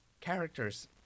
characters